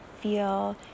feel